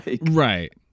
Right